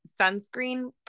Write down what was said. sunscreen